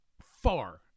far